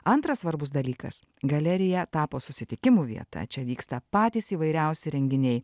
antras svarbus dalykas galerija tapo susitikimų vieta čia vyksta patys įvairiausi renginiai